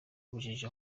ubujiji